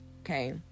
Okay